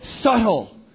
subtle